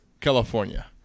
California